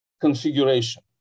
configuration